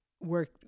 work